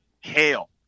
hail